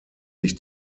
sich